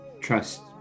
trust